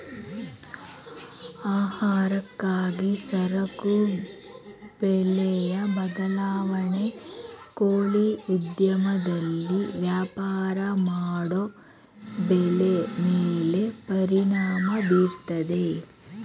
ಆಹಾರಕ್ಕಾಗಿ ಸರಕು ಬೆಲೆಯ ಬದಲಾವಣೆ ಕೋಳಿ ಉದ್ಯಮದಲ್ಲಿ ವ್ಯಾಪಾರ ಮಾಡೋ ಬೆಲೆ ಮೇಲೆ ಪರಿಣಾಮ ಬೀರ್ತದೆ